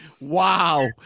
Wow